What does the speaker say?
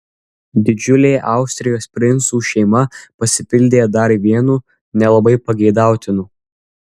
didžiulė austrijos princų šeima pasipildė dar vienu nelabai pageidautinu